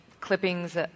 clippings